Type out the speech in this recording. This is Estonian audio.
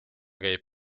käib